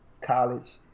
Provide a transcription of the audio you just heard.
College